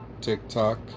TikTok